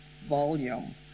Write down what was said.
volume